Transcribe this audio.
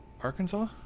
Arkansas